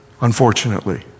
unfortunately